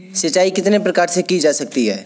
सिंचाई कितने प्रकार से की जा सकती है?